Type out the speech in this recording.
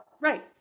Right